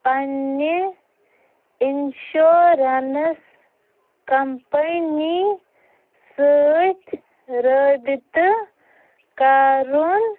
پَننہِ insurance company سۭتۍ رٲبطہٕ کَرُن